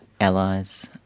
allies